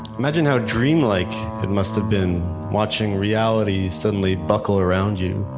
imagine how dreamlike it must've been watching realities suddenly buckle around you.